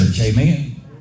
amen